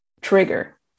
trigger